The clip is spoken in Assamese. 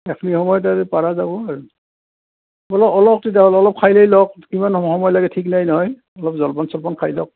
সেইখিনি সময়ত পৰা যাব আৰু অলপটো খাই দাই লওক কিমান সময় লাগে ঠিক নাই নহয় অলপ জলপান চলপান খাই লওক